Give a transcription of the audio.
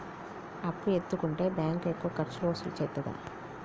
అప్పు ఎత్తుకుంటే బ్యాంకు ఎక్కువ ఖర్చులు వసూలు చేత్తదా?